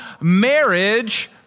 marriage